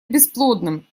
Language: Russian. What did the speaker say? бесплодным